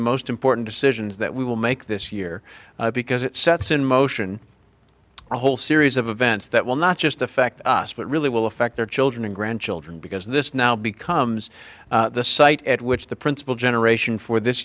the most important decisions that we will make this year because it sets in motion a whole series of events that will not just affect us but really will affect their children and grandchildren because this now becomes the site at which the principle generation for this